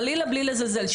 חלילה מבלי לזלזל.